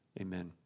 amen